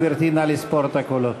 גברתי, נא לספור את הקולות.